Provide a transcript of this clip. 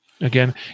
Again